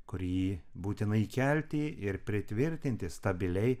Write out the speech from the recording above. kurį būtina įkelti ir pritvirtinti stabiliai